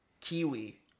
kiwi